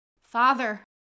Father